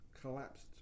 collapsed